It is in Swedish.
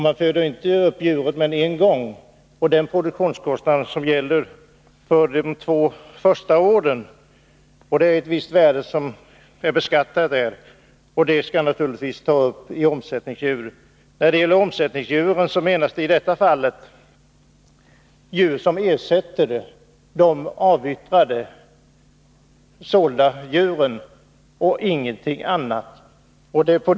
Man föder inte upp ett djur mer än en gång, och den produktionskostnad som gäller för de två första åren — det är ett visst värde som beskattas i det sammanhanget — skall naturligtvis tas upp när det gäller omsättningsdjuren. Med omsättningsdjur menas i detta fall djur som ersätter de sålda djuren och ingenting annat.